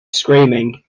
screaming